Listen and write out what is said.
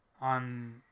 on